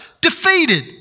defeated